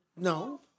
No